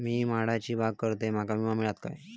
मी माडाची बाग करतंय माका विमो मिळात काय?